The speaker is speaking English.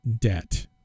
debt